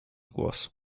głos